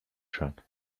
truck